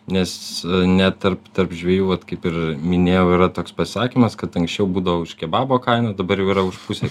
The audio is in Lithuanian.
nes net tarp tarp žvejų vat kaip ir minėjau yra toks pasakymas kad anksčiau būdavo už kebabo kainą dabar jau yra už pusę